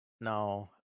no